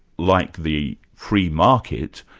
like the free market,